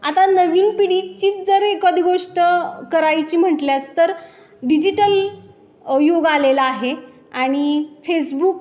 आता नवीन पिढीचीच जर एखादी गोष्ट करायची म्हटल्यास तर डिजिटल युग आलेलं आहे आणि फेसबुक